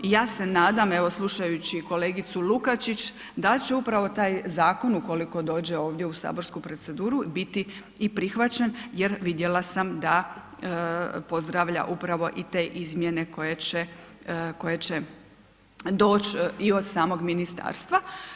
I ja se nadam, evo slušajući kolegicu Lukačić, da će upravo taj zakon ukoliko dođe ovdje u saborsku proceduru biti i prihvaćen jer vidjela sam da pozdravlja upravo i te izmjene koje će doći i od samog ministarstva.